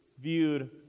viewed